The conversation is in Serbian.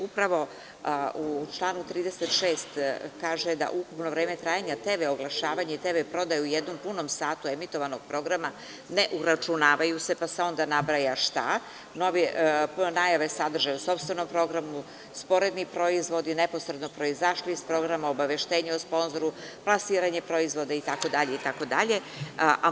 Upravo u članu 36. kaže da ukupno vreme trajanja TV oglašavanja i TV prodaje u jednom punom satu emitovanog programa ne uračunavaju se pa se onda nabraja šta – novi pojamsadržaja u sopstvenom programu, sporedni proizvodi, neposredno, zašto iz programa obaveštenje o sponzoru, plasiranje proizvoda i tako dalje.